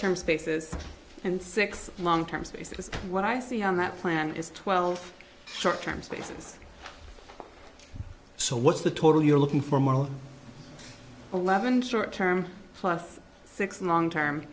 term spaces and six long term spaces what i see on that plan is twelve short term spaces so what's the total you're looking for model eleven short term plus six month term